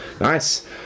Nice